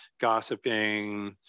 gossiping